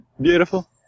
Beautiful